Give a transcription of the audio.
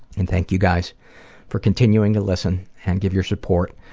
and thank you guys for continuing to listen and give your support.